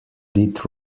did